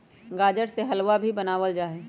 गाजर से हलवा भी बनावल जाहई